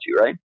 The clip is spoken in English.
right